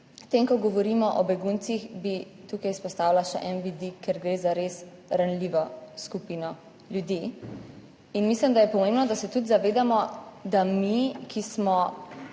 ko govorimo o beguncih bi tukaj izpostavila še en vidik, ker gre za res ranljivo skupino ljudi. Mislim, da je pomembno, da se tudi zavedamo, da mi, ki smo,